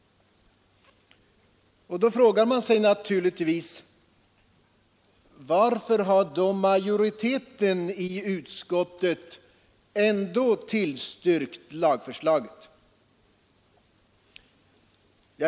Och då frågar man sig naturligtvis varför majoriteten i utskottet ändå tillstyrkt lagförslaget.